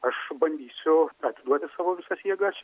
aš bandysiu atiduoti savo visas jėgas